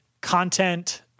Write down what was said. content